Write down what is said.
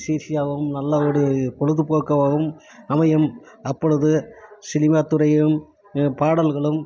சிசியாகவும் நல்ல ஒரு பொழுதுபோக்காவாவும் அமையும் அப்பொழுது சினிமா துறையும் பாடல்களும்